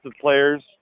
players